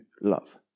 love